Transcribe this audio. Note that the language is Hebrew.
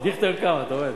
דיכטר קם, אתה רואה.